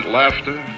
laughter